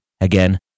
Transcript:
again